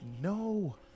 no